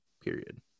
period